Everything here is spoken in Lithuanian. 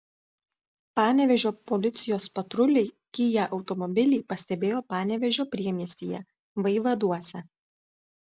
panevėžio policijos patruliai kia automobilį pastebėjo panevėžio priemiestyje vaivaduose